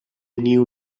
new